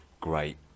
great